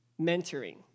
mentoring